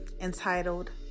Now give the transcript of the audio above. entitled